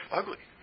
ugly